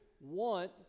want